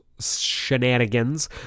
shenanigans